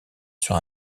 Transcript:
sur